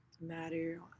matter